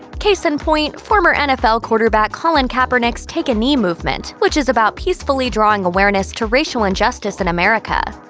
case in point? former nfl quarterback colin kaepernick's take a knee movement, which is about peacefully drawing awareness to racial injustice in america.